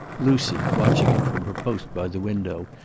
lucy, watching him from her post by the window,